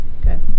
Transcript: good